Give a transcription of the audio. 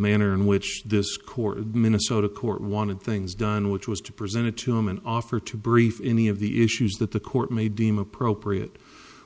manner in which this court minnesota court wanted things done which was to present it to him an offer to brief any of the issues that the court may deem appropriate